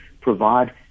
provide